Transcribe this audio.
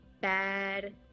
bad